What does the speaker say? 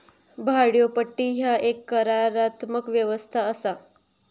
भाड्योपट्टी ह्या एक करारात्मक व्यवस्था असा